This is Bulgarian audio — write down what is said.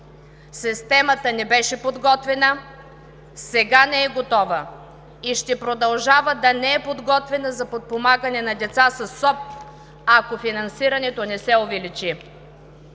системата не беше подготвена, сега не е готова и ще продължава да не е подготвена за подпомагане на децата със СОП, ако финансирането не се увеличи.